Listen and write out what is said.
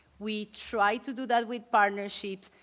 we tried to do that with partnerships.